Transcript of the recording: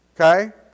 Okay